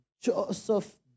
Joseph